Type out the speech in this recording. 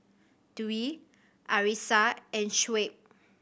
Dwi Arissa and Shuib